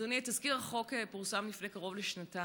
אדוני, תזכיר החוק פורסם לפני קרוב לשנתיים.